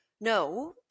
No